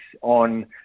on